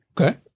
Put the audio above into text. Okay